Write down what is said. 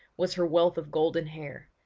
was her wealth of golden hair,